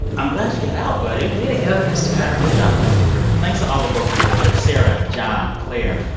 i'm glad you got out, buddy way to go, christopher yeah good job, christopher. thanks to all the folks we heard there sara, john, claire,